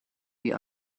die